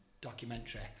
documentary